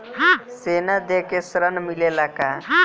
सोना देके ऋण मिलेला का?